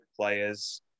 players